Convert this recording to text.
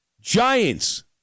Giants